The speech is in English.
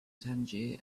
tangier